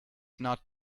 not